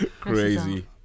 Crazy